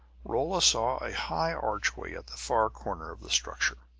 rolla saw a high archway at the far corner of the structure.